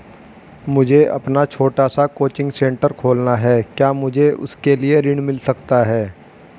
मुझे अपना छोटा सा कोचिंग सेंटर खोलना है क्या मुझे उसके लिए ऋण मिल सकता है?